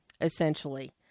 essentially